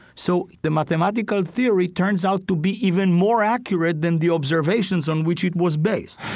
so the mathematical theory turns out to be even more accurate than the observations on which it was based